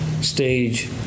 stage